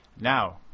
Now